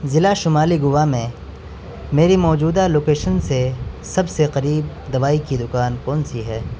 ضلع شمالی گوا میں میری موجودہ لوکیشن سے سب سے قریب دوائی کی دکان کون سی ہے